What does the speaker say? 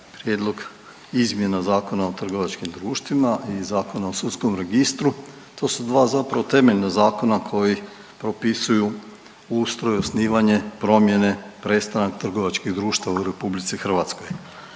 Prijedlog izmjena Zakona o trgovački društvima i Zakona o sudskom registru. To su zapravo dva temeljna zakona koji propisuju ustroj, osnivanje, promjene, prestanak trgovačkih društava u RH. Ja bih rekao